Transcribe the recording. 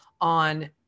on